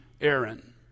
Aaron